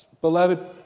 Beloved